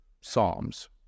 Psalms